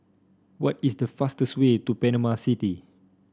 what is the fastest way to Panama City